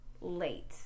late